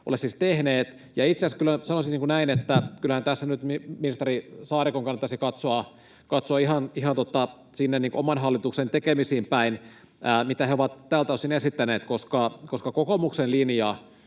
ole siis tehneet. Itse asiassa sanoisin näin, että kyllähän nyt ministeri Saarikon kannattaisi katsoa ihan sinne oman hallituksen tekemisiin päin, mitä he ovat tältä osin esittäneet, koska kokoomuksen linja